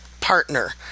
partner